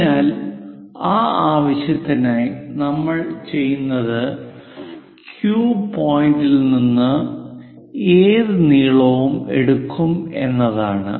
അതിനാൽ ആ ആവശ്യത്തിനായി നമ്മൾ ചെയ്യുന്നത് Q പോയിന്റിൽ നിന്ന് ഏത് നീളവും എടുക്കും എന്നതാണ്